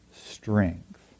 Strength